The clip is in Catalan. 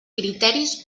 criteris